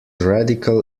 radical